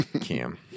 Cam